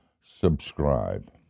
subscribe